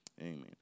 Amen